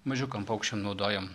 mažiukam paukščiam naudojam